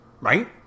right